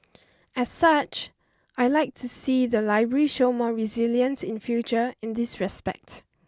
as such I like to see the library show more resilience in future in this respect